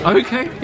okay